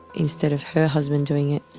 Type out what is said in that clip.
instead of her husband doing it,